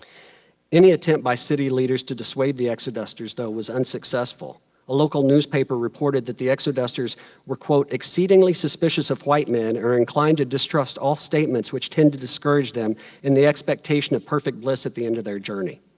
any attempt by city leaders to dissuade the exodusters, though, was unsuccessful. a local newspaper reported that the exodusters were, quote, exceedingly suspicious of white men and are inclined to distrust all statements which tend to discourage them in the expectation of perfect bliss at the end of their journey.